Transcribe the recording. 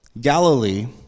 Galilee